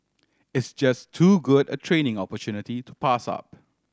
it's just too good a training opportunity to pass up